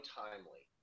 timely